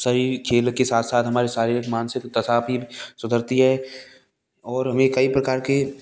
शरीर खेल के साथ साथ हमारे शारीरिक मानसिक दशा भी सुधरती है और हमें कई प्रकार के